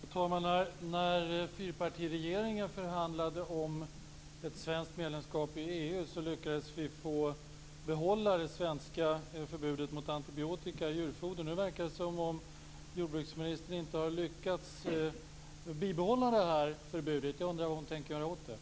Fru talman! När fyrpartiregeringen förhandlade om ett svenskt medlemskap i EU lyckades vi behålla det svenska förbudet mot antibiotika i djurfoder. Nu verkar det som om jordbruksministern inte har lyckats bibehålla detta förbud. Jag undrar vad hon tänker göra åt detta.